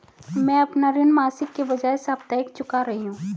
मैं अपना ऋण मासिक के बजाय साप्ताहिक चुका रही हूँ